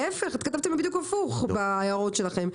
להיפך, כתבתם בדיוק הפוך בהערות שלכם.